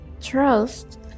trust